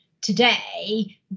today